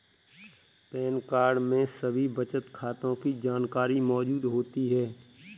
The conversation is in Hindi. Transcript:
पैन कार्ड में सभी बचत खातों की जानकारी मौजूद होती है